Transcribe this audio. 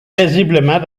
paisiblement